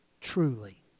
truly